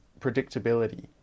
predictability